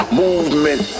movement